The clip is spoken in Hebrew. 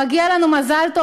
מגיע לנו מזל טוב,